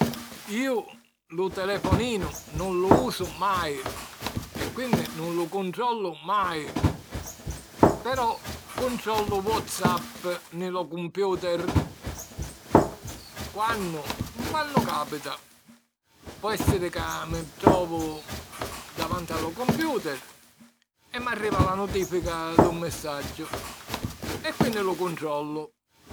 Iu lu telefoninu nun lu usu mai e, quinni, nun lu cuntrollu mai. Però cuntrollu WhatsApp nni lu compiuteri. Quannu? Quannu capita. Po èssiri ca mi trovu davanti a lu compiuteri e m'arriva la nutìfica d'un missaggiu e quinni lu cuntrollu.